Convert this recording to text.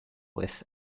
with